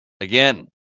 again